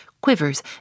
quivers